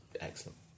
excellent